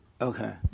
Okay